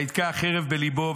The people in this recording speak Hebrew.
ויתקע החרב בליבו,